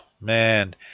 man